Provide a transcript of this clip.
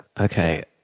Okay